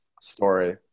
story